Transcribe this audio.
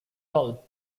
hall